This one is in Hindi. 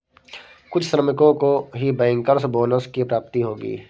कुछ श्रमिकों को ही बैंकर्स बोनस की प्राप्ति होगी